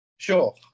Sure